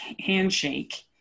handshake